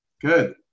Good